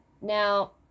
Now